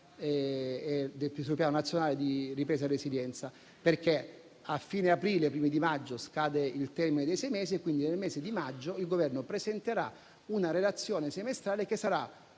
sul Piano nazionale di ripresa e resilienza. Infatti, tra fine aprile e i primi di maggio scadrà il termine dei sei mesi e quindi nel mese di maggio il Governo presenterà una relazione semestrale con una